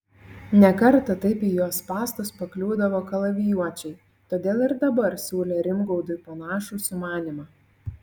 ne kartą taip į jo spąstus pakliūdavo kalavijuočiai todėl ir dabar siūlė rimgaudui panašų sumanymą